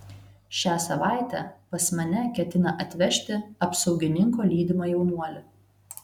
šią savaitę pas mane ketina atvežti apsaugininko lydimą jaunuolį